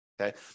Okay